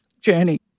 journey